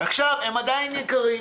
עכשיו הם עדיין יקרים.